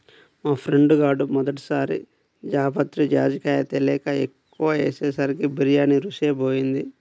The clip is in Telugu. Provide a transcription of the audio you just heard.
మా ఫ్రెండు గాడు మొదటి సారి జాపత్రి, జాజికాయ తెలియక ఎక్కువ ఏసేసరికి బిర్యానీ రుచే బోయింది